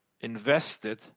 invested